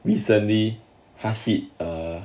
recently 他 hit err